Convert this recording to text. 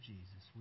Jesus